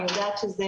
אני יודעת שזה